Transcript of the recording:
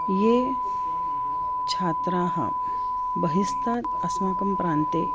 ये छात्राः बहिस्तात् अस्माकं प्रान्ते